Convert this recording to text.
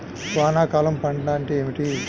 వానాకాలం పంట అంటే ఏమిటి?